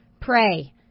pray